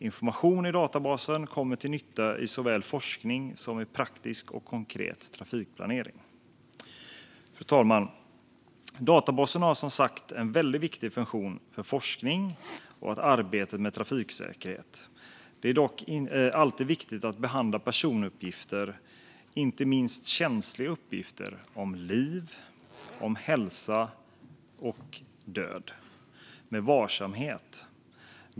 Informationen i databasen kommer till nytta såväl i forskning som i praktisk och konkret trafikplanering. Fru talman! Databasen har som sagt en väldigt viktig funktion för forskningen och arbetet med trafiksäkerhet. Det är dock alltid viktigt att behandla personuppgifter, inte minst känsliga uppgifter om liv, hälsa och död, med varsamhet.